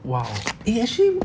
!wow! eh actually